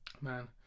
man